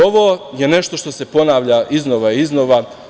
Ovo je nešto što se ponavlja iznova i iznova.